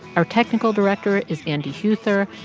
our technical director is andy huether,